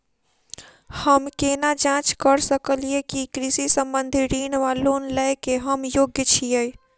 हम केना जाँच करऽ सकलिये की कृषि संबंधी ऋण वा लोन लय केँ हम योग्य छीयै?